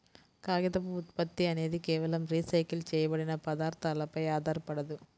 కాగితపు ఉత్పత్తి అనేది కేవలం రీసైకిల్ చేయబడిన పదార్థాలపై ఆధారపడదు